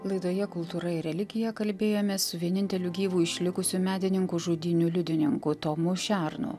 laidoje kultūra ir religija kalbėjomės su vieninteliu gyvu išlikusių medininkų žudynių liudininku tomu šernu